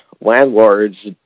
landlords